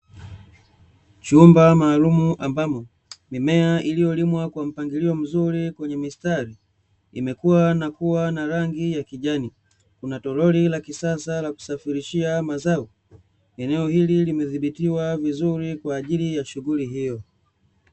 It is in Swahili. Chumba maalumu ambamo mimea iliyolimwa kwa mpangilio mzuri kwenye mistari, imekua na kuwa na rangi ya kijani. Kuna toroli la kisasa la kusafirishia mazao. Eneo hili limedhibitiwa vizuri kwa ajili ya shughuli hiyo.